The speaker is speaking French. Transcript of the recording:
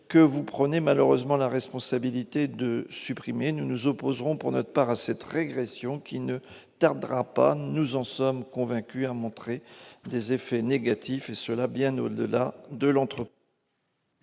que vous prenez la responsabilité de supprimer. Pour notre part, nous nous opposons à cette régression, qui ne tardera pas- nous en sommes convaincus -à montrer des effets négatifs, et cela bien au-delà de l'entreprise.